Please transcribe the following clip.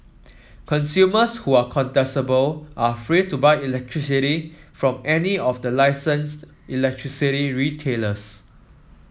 consumers who are contestable are free to buy electricity from any of the licensed electricity retailers